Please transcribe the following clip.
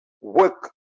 work